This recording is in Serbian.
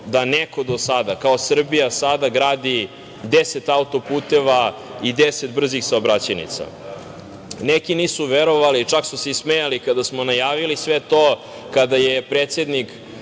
da neko do sada kao Srbija sada gradi 10 auto-puteva i 10 brzih saobraćajnica. Neki nisu verovali, čak su se i smejali kada smo najavili sve to, kada je predsednik